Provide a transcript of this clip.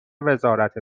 وزارت